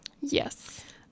yes